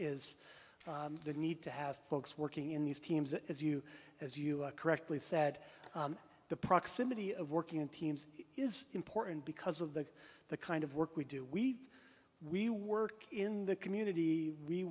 is the need to have folks working in these teams as you as you correctly said the proximity of working in teams is important because of the the kind of work we do we we work in the community we